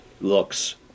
looks